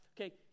Okay